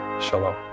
Shalom